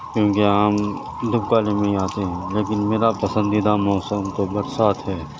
کیونکہ آم دھپکال میں ہی آتے ہیں لیکن میرا پسندیدہ موسم تو برسات ہے